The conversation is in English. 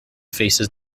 faces